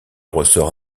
ressort